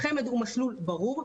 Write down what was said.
החמ"ד הוא מסלול ברור,